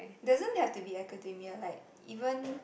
doesn't have to become academia like even